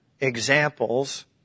examples